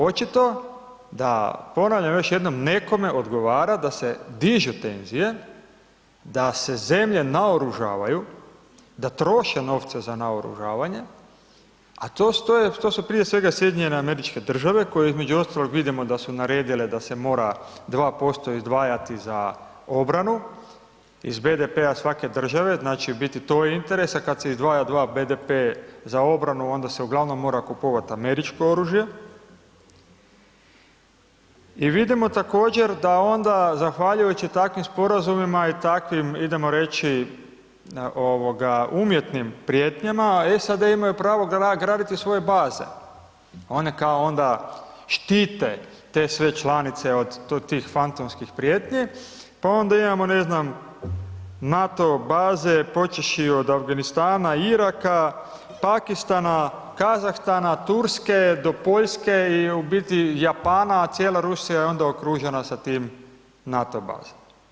Očito da, ponavljam još jednom, nekome odgovara da se dižu tenzije, da se zemlje naoružavaju, da troše novce za naoružavanje, a to su prije svega SAD koje između ostaloga vidimo da su naredile da se mora 2% izdvajati za obranu iz BDP-a svake države, znači, biti to interesa kad se izdvaja 2% BDP za obranu, onda se uglavnom mora kupovat američko oružje i vidimo također da onda zahvaljujući takvim sporazumima i takvim, idemo reći, umjetnim prijetnjama, SAD imaju pravo graditi svoje baze, one kao onda štite te sve članice od tih fantomskih prijetnji, pa onda imamo, ne znam, NATO baze počevši od Afganistana, Iraka, Pakistana, Kazahstana, Turske do Poljske i u biti Japana, cijela Rusija je onda okružena sa tim NATO bazama.